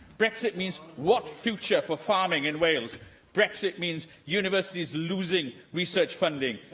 brexit means, what future for farming in wales brexit means universities losing research funding.